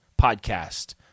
podcast